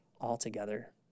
altogether